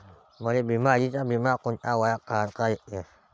मले बिमारीचा बिमा कोंत्या वयात काढता येते?